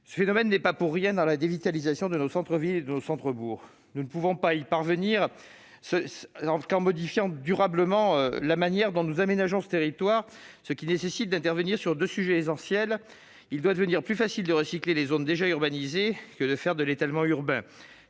Ce phénomène n'est pas pour rien dans la dévitalisation de nos centres-villes et centres-bourgs. Nous ne pouvons y parvenir qu'en modifiant durablement la manière dont nous aménageons le territoire, ce qui nécessite d'intervenir sur deux sujets essentiels. Recycler les zones déjà urbanisées doit devenir plus facile que de faire de l'étalement urbain.